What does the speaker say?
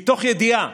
מתוך ידיעה,